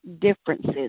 differences